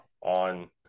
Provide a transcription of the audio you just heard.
on